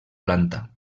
planta